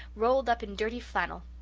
rolled up in dirty flannel.